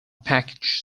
package